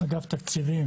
תקציבים,